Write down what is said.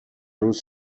روز